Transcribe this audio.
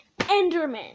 Enderman